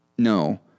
No